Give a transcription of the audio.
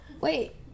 Wait